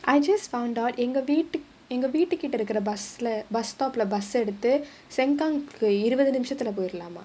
I just found out எங்க வீட்டு எங்க வீட்டு கிட்ட இருக்குற:enga veetu enga veetu kitta irukkura bus leh bus stop bus leh எடுத்து:eduthu sengkang இருவது நிமிஷதுள்ள போய்டலாம்:iruvathu nimishathulla poidalaam